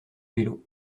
vélo